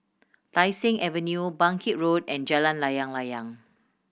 Tai Seng Avenue Bangkit Road and Jalan Layang Layang